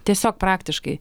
tiesiog praktiškai